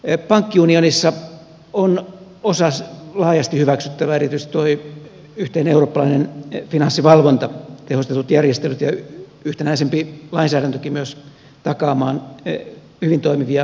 pankkiunionin suhteen on osa esityksistä laajasti hyväksyttäviä erityisesti tuo yhteinen eurooppalainen finanssivalvonta tehostetut järjestelyt ja yhtenäisempi lainsäädäntökin myös takaamaan hyvin toimivia pääomamarkkinoita